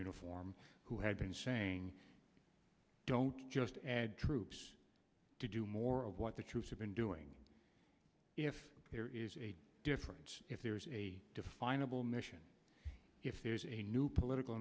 uniform who had been saying don't just add troops to do more of what the troops have been doing if there is a difference if there is a definable mission if there is a new political